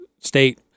State